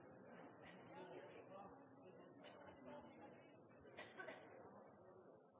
allerede er